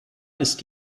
ist